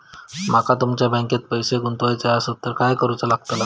माका तुमच्या बँकेत पैसे गुंतवूचे आसत तर काय कारुचा लगतला?